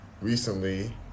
recently